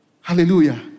Hallelujah